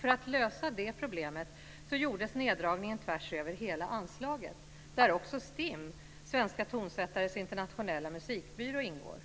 För att lösa det problemet gjorde man neddragningen tvärs över hela anslaget, där också STIM, Svenska tonsättares internationella musikbyrå, ingår.